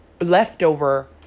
leftover